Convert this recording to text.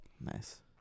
Nice